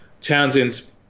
Townsend's